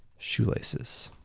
shoelaces.